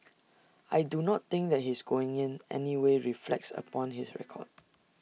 I do not think that his going in anyway reflects upon his record